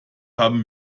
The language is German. haben